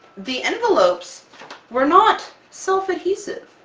the envelopes were not self-adhesive.